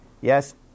yes